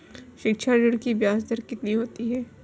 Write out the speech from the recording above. शिक्षा ऋण की ब्याज दर कितनी होती है?